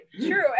True